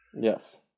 yes